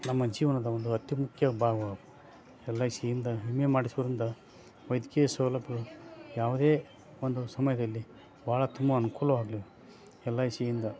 ನಮ್ಮ ಜೀವನದ ಒಂದು ಅತಿಮುಖ್ಯ ಭಾವ ಎಲ್ ಐ ಸಿಯಿಂದ ವಿಮೆ ಮಾಡಿಸೋದರಿಂದ ವೈದ್ಯಕೀಯ ಸೌಲಭ್ಯ ಯಾವುದೇ ಒಂದು ಸಮಯದಲ್ಲಿ ಭಾಳ ತುಂಬ ಅನುಕೂಲವಾಗ್ಲಿ ಎಲ್ ಐ ಸಿಯಿಂದ